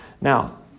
Now